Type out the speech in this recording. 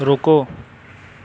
ਰੁਕੋ